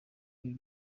ibi